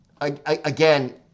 Again